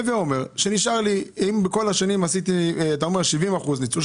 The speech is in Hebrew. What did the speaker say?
הווה אומר שאם כל השנים ניצלתי 70 אחוזים,